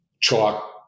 chalk